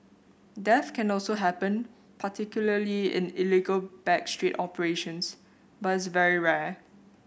death can also happen particularly in illegal back street operations but is very rare